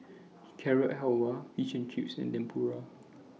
Carrot Halwa Fish and Chips and Tempura